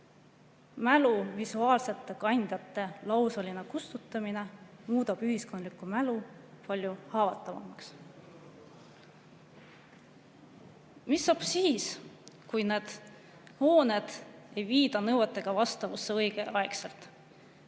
mälu visuaalsete kandjate lausaline kustutamine muudab ühiskondliku mälu palju haavatavamaks." Mis saab siis, kui neid hooneid ei viida nõuetega vastavusse õigeaegselt?